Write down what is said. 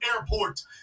Airport